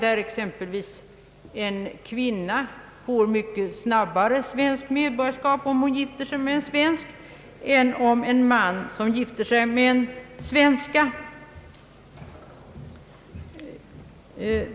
En kvinna får t.ex. mycket snabbare svenskt medborgarskap om hon gifter sig med en svensk man, än en man som gifter sig med en svenska.